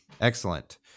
excellent